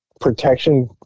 protection